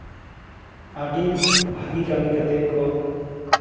ᱟᱹᱰᱤ ᱵᱷᱟᱹᱜᱤ ᱠᱟᱹᱢᱤ ᱠᱟᱛᱮᱫ ᱠᱚ